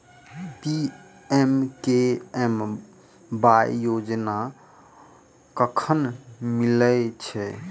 PMKMY योजना कखन मिलय छै?